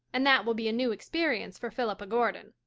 and that will be a new experience for philippa gordon.